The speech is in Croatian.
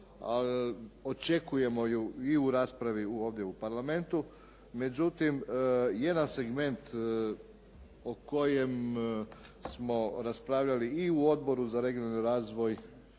Očekujemo ju i u raspravi ovdje u parlamentu. Međutim, jedan segment o kojem smo raspravljali i u Odboru za regionalni razvoj,